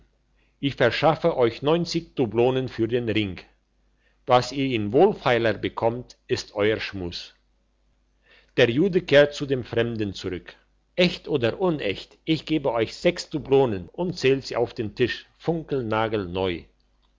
ich verschaffe euch neunzig dublonen für den ring was ihr ihn wohlfeiler bekommt ist euer schmus der jud kehrt zu dem fremden zurück echt oder unecht ich gebe euch sechs dublonen und zählte sie auf den tisch funkelnagelneu